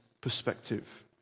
perspective